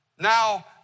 Now